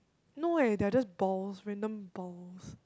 no eh they are just balls random balls